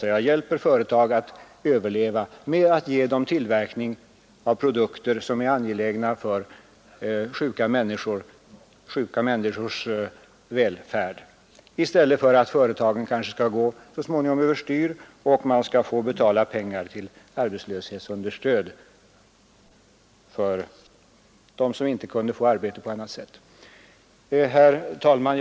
Man hjälper företag att överleva genom att ge dem tillverkning av produkter som är angelägna för sjuka människors välfärd, i stället för att företagen så småningom kanske går över styr och man får betala ut arbetslöshetsunderstöd till dem som blir utan arbete. Herr talman!